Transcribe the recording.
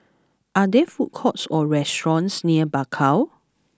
are there food courts or restaurants near Bakau